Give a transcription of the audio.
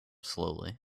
slowly